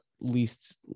least